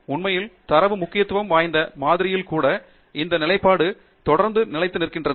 உண்மையில் தரவு முக்கியத்துவம் வாய்ந்த மாதிரியில் கூட இந்த நிலைப்பாடு தொடர்ந்து நிலைத்து நிற்கிறது